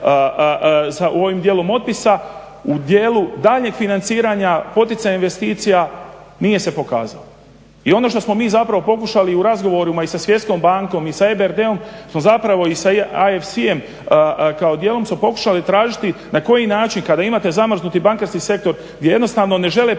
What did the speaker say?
u ovom dijelu otpisa u dijelu daljnjeg financiranja poticanja investicija nije se pokazao. I ono što smo mi pokušali u razgovorima i sa Svjetskom bankom i sa EBRD-om i sa IFC kao dijelom smo pokušali tražiti na koji način kada imate zamrznuti bankarski sektor gdje jednostavno ne žele preuzeti